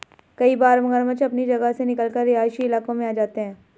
कई बार मगरमच्छ अपनी जगह से निकलकर रिहायशी इलाकों में आ जाते हैं